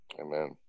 Amen